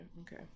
Okay